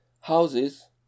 houses